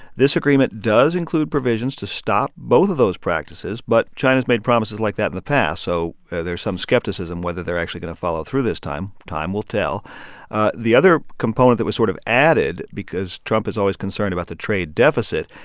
this agreement does include provisions to stop both of those practices. but china's made promises like that in the past, so there's some skepticism whether they're actually going to follow through this time. time will tell ah the other component that was sort of added, because trump is always concerned about the trade deficit,